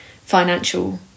financial